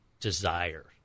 desire